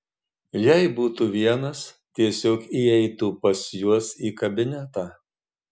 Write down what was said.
jei būtų vienas tiesiog įeitų pas juos į kabinetą